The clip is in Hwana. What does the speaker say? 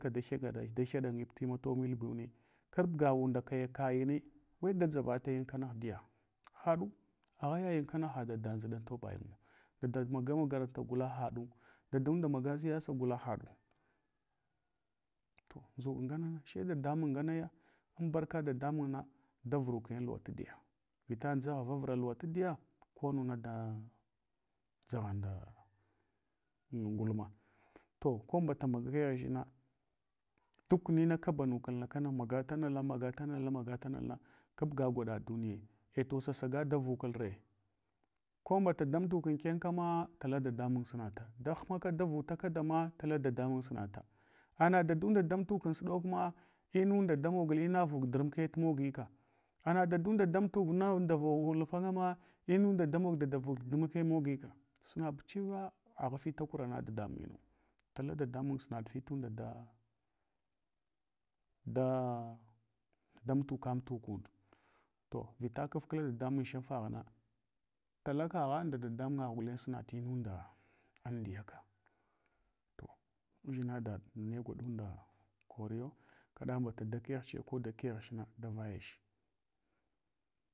Dahyɗa da hyɗanyeb tima towo milbuni. Kabga unda taikayene wedaʒavadayin kama aghdiya haɗu, aghayayin kana hadada nʒida antobayinggu, dada maga makaranta gula huɗu, dadun da maga siyasa gula haɗu to nʒuk ngana shedadamun nganeya ambarka dadamunna davuruke an luwa tadiya, vita nʒagha vavra luwa tadiya ko nuna da dʒakha nda nqulma, to ko mdɗa moga kghchina, duk ma kabanukulna kana magal tahalna magal tanal na, kab ga gwaɗa duniya, ei to sasaga ɗa vukuvra ko mbata damtuk ankenkama tala da damun sunata dahmaka davuta kadam tala dadamun sunata. Ana dadunda damtuk anduɗokma, inunda da mogul ina vuk durmuke tic mogika. Ana daɗu damtuk nanda vuk alfanga ma inunda damog dada durmuke mogika, sunab chewa agha fita kurarana dadanungu. Tala dadamun sunat fitunda da da damtulq tak und. To vita kafkla dadamun shanfegh na, tala kagha nda dadamungagh gulen suna tinunda amdiyaka. To udʒina daɗ ne gwaɗunda koriyo, kaɗa mbata da keghche, da keghchna da vayach.